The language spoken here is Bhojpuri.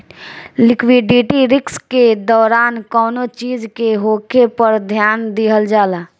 लिक्विडिटी रिस्क के दौरान कौनो चीज के होखे पर ध्यान दिहल जाला